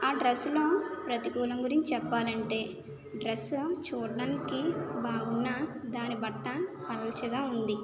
ఆ డ్రెస్లో ప్రతికూలం గురించి చెప్పాలంటే డ్రెస్సు చూడడానికి బాగున్నా దాని బట్ట పల్చగా ఉంది